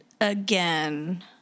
again